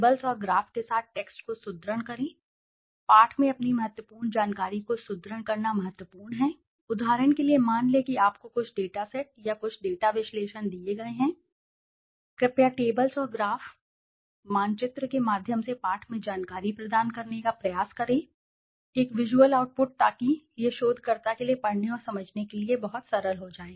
tables और graph के साथ टेक्स्ट को सुदृढ़ करें पाठ में अपनी महत्वपूर्ण जानकारी को सुदृढ़ करना महत्वपूर्ण है उदाहरण के लिए मान लें कि आपको कुछ डेटासेट या कुछ डेटा विश्लेषण दिए गए हैं कृपया टेबल्स और ग्राफ़ चित्र मानचित्र के माध्यम से पाठ में जानकारी प्रदान करने का प्रयास करें एक विज़ुअल आउटपुट ताकि यह शोधकर्ता के लिए पढ़ने और समझने के लिए बहुत सरल हो जाए